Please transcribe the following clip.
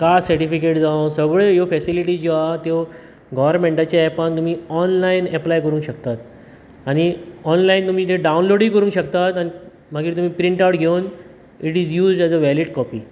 caste certificate जावं सगळ्यो ह्यो फेसिलिटी ज्यो आहा त्यो गोवर्मेन्टाचें एपान तुमी ऑन्लायन एप्लाय करुंक शकतात आनी ऑन्लायन तुमी ते डावनलोडुय करुंक शकतात मागीर तुमी प्रिन्ट आवट घेवन it is used as a valid copy